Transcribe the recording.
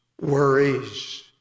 worries